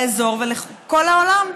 לאזור ולכל העולם,